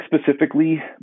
specifically